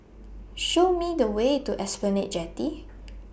Show Me The Way to Esplanade Jetty